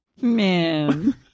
man